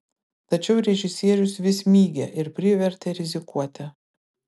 tačiau režisierius vis mygė ir privertė rizikuoti